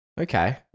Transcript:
Okay